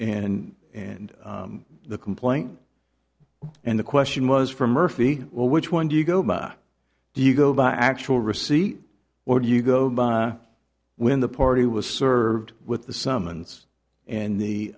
and and and the complaint and the question was for murphy well which one do you go by do you go by actual receipt or do you go by when the party was served with the